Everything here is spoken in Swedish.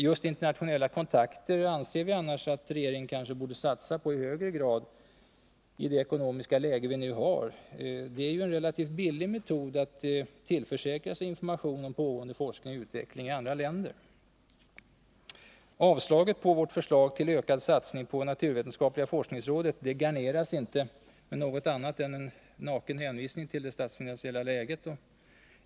Just internationella kontakter anser vi annars att regeringen borde satsa på i högre grad i det ekonomiska läge vi nu har. Det är ju en relativt billig metod att tillförsäkra sig information om pågående forskning och utveckling i andra länder. Avstyrkandet av vårt förslag till ökad satsning på naturvetenskapliga forskningsrådet garneras inte med något annat än en naken hänvisning till det statsfinansiella läget.